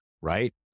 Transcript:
right